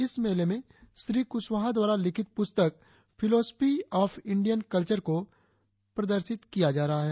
इस मेले में श्री कुशवाहा द्वारा लिखित पुस्तक फिलॉसफी ऑफ इंडियन कल्वर को प्रदर्शित किया जा रहा है